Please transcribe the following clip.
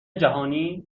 جهانی